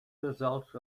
result